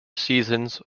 seasons